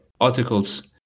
articles